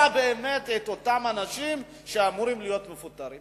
באמת את אותם אנשים שאמורים להיות מפוטרים.